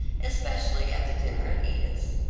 especially at the dinner at edith's.